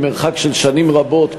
ממרחק של שנים רבות,